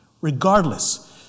regardless